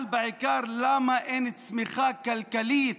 אבל בעיקר, למה אין צמיחה כלכלית?